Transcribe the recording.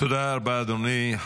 תודה רבה, אדוני.